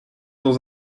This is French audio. dans